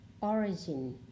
Origin